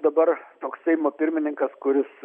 dabar toks seimo pirmininkas kuris